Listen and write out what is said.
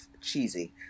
cheesy